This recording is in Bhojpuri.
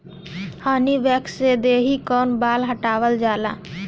हनी वैक्स से देहि कअ बाल हटावल जाला